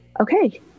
okay